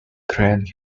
grand